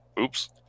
Oops